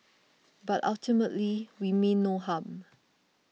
but ultimately we mean no harm